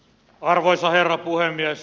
arvoisa herra puhemies